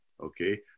okay